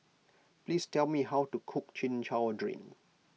please tell me how to cook Chin Chow Drink